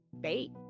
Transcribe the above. bait